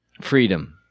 Freedom